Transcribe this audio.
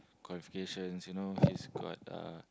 qualifications you know he's got uh